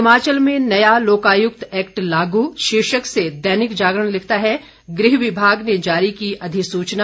हिमाचल में नया लोकायुक्त एक्ट लागू शीर्षक से दैनिक जागरण लिखता है गृह विभाग ने जारी की अधिसूचना